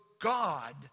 God